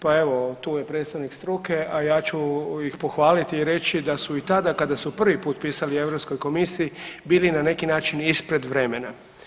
Pa evo, tu je predstavnik struke, a ja ću ih pohvaliti i reći da su i tada, kada su prvi put pisali EU komisiji bili na neki način ispred vremena.